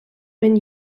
been